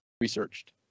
researched